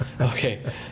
okay